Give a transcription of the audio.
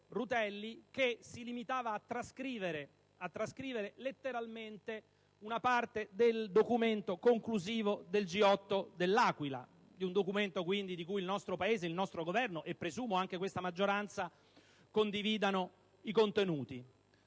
che si limitava a trascrivere letteralmente una parte del documento conclusivo del G8 dell'Aquila, di cui il nostro Paese, il nostro Governo, e presumo anche questa maggioranza, condividono i contenuti.